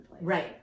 Right